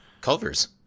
Culver's